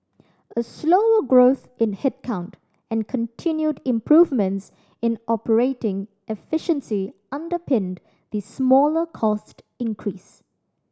a slower growth in headcount and continued improvements in operating efficiency underpinned the smaller cost increase